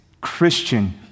Christian